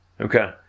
Okay